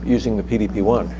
using the pdp one.